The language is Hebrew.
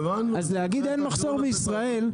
אז להגיד אין מחסור בישראל,